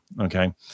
okay